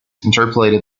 interpolated